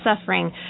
suffering